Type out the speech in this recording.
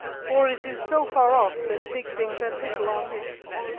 for it is so far off that big things and little are mixed.